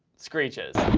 screeches